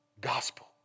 gospel